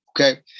Okay